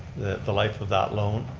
the life of that loan,